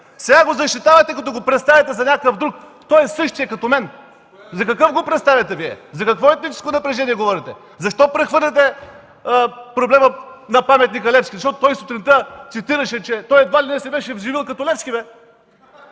сега го защитавате, като го представяте за някакъв друг. Той е същият, като мен. За какъв го представяте Вие?! За какво етническо напрежение говорите?! Защо прехвърляте проблема на паметника Левски? Той сутринта говореше, че едва ли не се бил взривил като Левски, бе?